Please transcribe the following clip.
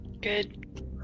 Good